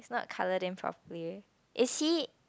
not colour them properly is he